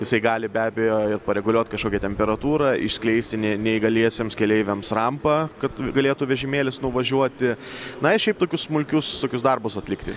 jisai gali be abejo ir pareguliuot kažkokią temperatūrą išskleisti ne neįgaliesiems keleiviams rampą kad galėtų vežimėlis nuvažiuoti na ir šiaip tokius smulkius tokius darbus atlikti